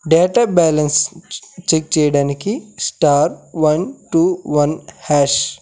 data balance check చెయ్యడానికి star one two one hash